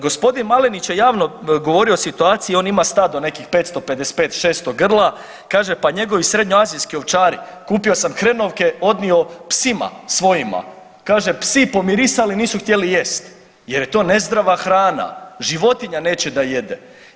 Gospodin Malenić je javno govorio o situaciji on ima stado nekih 555, 600 grla, kaže pa njegovi srednjoazijski ovčari kupio sam hrenovke odnio psima svojima, kaže psi pomirisali nisu htjeli jest jer je to nezdrava hrana, životinja neće da jede.